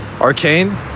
Arcane